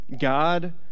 God